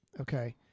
okay